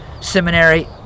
Seminary